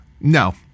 No